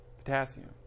potassium